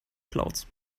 clouds